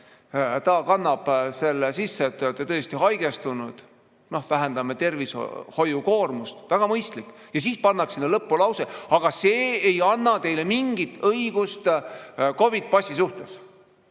ta kannab selle sisse, et te olete tõesti haigestunud. Vähendame tervishoiu koormust. Väga mõistlik! Aga siis pannakse sinna lõpulause: see ei anna teile mingit õigust COVID‑i passi suhtes.